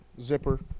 zipper